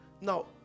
Now